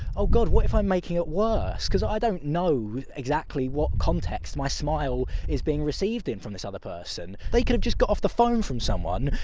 oh god, what if i'm making it worse? cause i don't know exactly what context my smile is being received in from this other person! they could've just got off the phone from someone,